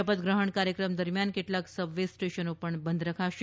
શપથગ્રહણ કાર્યક્રમ દરમિયાન કેટલાંક સબ વે સ્ટેશનનો પણ બંધ રખાશે